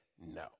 no